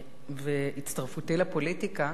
והצטרפותי לפוליטיקה,